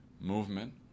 movement